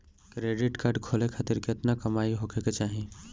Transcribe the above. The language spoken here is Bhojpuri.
क्रेडिट कार्ड खोले खातिर केतना कमाई होखे के चाही?